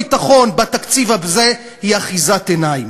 לתקציב הביטחון בתקציב הזה היא אחיזת עיניים.